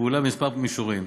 לפעולה בכמה מישורים,